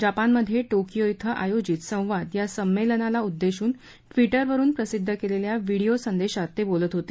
जापानमध्ये Tokyo इथं आयोजित संवाद या संमेलनाला उद्देशून ट्वीटरवरून प्रसिद्ध केलेल्या व्हिडीओ संदेशात ते बोलत होते